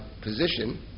position